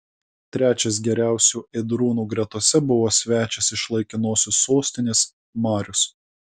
trečias geriausių ėdrūnų gretose buvo svečias iš laikinosios sostinės marius